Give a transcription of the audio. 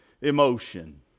emotion